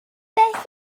beth